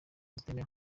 zitemewe